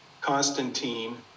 Constantine